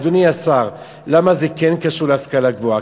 אדוני השר, למה זה כן קשור להשכלה גבוהה?